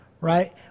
right